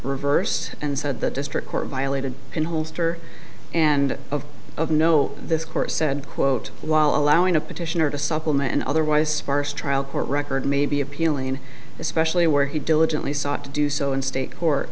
reversed and said the district court violated can holster and of of no this court said quote while allowing a petitioner to supplement and otherwise sparse trial court record may be appealing especially where he diligently sought to do so in state court